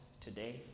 today